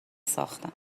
ساختن